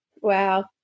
Wow